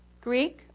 Greek